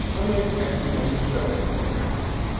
and they had kept it on the shelf in the house.